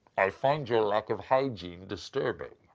i find your lack of hygiene disturbing.